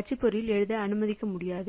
அச்சுப்பொறியில் எழுத அனுமதிக்க முடியாது